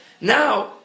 Now